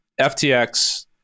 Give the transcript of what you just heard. FTX